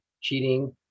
cheating